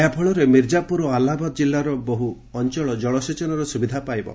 ଏହା ଫଳରେ ମିର୍ଜାପୁର ଓ ଆହ୍ଲାବାଦ ଜିଲ୍ଲାର ବହୁ ଅଞ୍ଚଳ ଜଳସେଚନର ସୁବିଧା ପାଇବେ